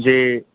যে